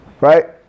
Right